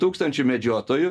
tūkstančiui medžiotojų